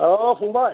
औ फंबाय